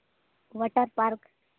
water park